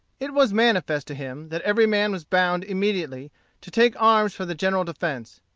it was manifest to him that every man was bound immediately to take arms for the general defence.